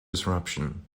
disruption